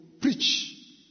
preach